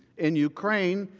in ukraine,